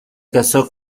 casó